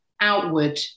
outward